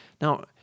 Now